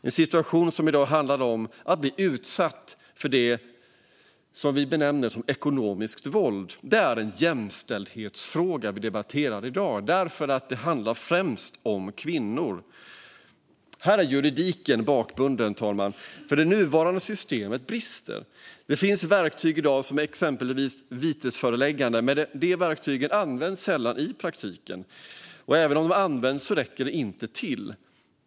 Den situation som handlar om att bli utsatt för det som vi benämner ekonomiskt våld och som vi debatterar här i dag är en jämställdhetsfråga, därför att det främst drabbar kvinnor. Här är juridiken bakbunden, herr talman, för det nuvarande systemet brister. Det finns verktyg i dag som exempelvis vitesföreläggande, men de verktygen används sällan i praktiken, och även om de används räcker de inte till.